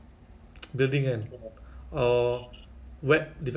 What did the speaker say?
ingat tak um during the year twenty